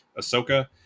Ahsoka